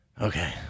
Okay